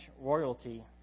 royalty